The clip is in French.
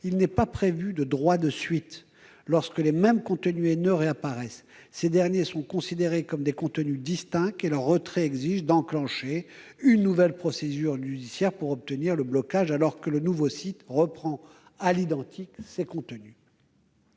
il n'est pas prévu de droit de suite lorsque les mêmes contenus haineux réapparaissent. Ces derniers sont considérés comme des contenus distincts et leur retrait exige d'enclencher une nouvelle procédure judiciaire pour obtenir le blocage alors que le nouveau site reprend à l'identique ces contenus.